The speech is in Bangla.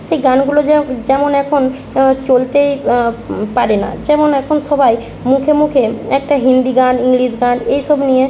সেই গানগুলো যেরক যেমন এখন চলতে পারে না যেমন এখন সবাই মুখে মুখে একটা হিন্দি গান ইংলিশ গান এই সব নিয়ে